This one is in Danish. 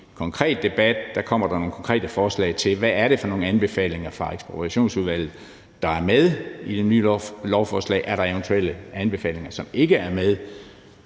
sige, konkret debat – der kommer der nogle konkrete forslag: Hvad er det for nogle anbefalinger fra Ekspropriationsudvalget, der er med i det nye lovforslag? Er der eventuelle anbefalinger, som ikke er med,